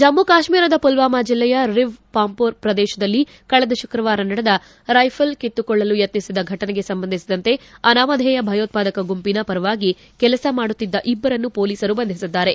ಜಮ್ಮ ಕಾಶ್ಮೀರದ ಪುಲ್ವಾಮ ಜಿಲ್ಲೆಯ ರಿವ್ ಪಾಂಪೊರ್ ಪ್ರದೇಶದಲ್ಲಿ ಕಳೆದ ಶುಕ್ರವಾರ ನಡೆದ ರೈಫಲ್ ಕಿತ್ತುಕೊಳ್ಳಲು ಯತ್ನಿಸಿದ ಫಟನೆಗೆ ಸಂಬಂಧಿಸಿದಂತೆ ಅನಾಮದೇಯ ಭಯೋತ್ವಾದಕ ಗುಂಪಿನ ಪರವಾಗಿ ಕೆಲಸ ಮಾಡುತ್ತಿದ್ದ ಇಬ್ಬರನ್ನು ಪೊಲೀಸರು ಬಂಧಿಸಿದ್ದಾರೆ